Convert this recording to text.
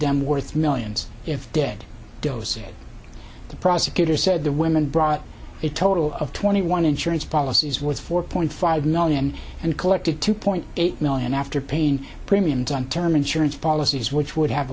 them worth millions if dead dosia the prosecutor said the women brought it total of twenty one insurance policies with four point five million and collected two point eight million after paying premiums on term insurance policies which would have